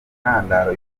ntandaro